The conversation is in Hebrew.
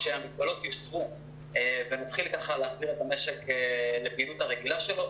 כשהמגבלות יוסרו ונתחיל להחזיר את המשק לפעילות הרגילה שלנו,